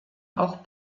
auch